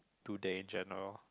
today in general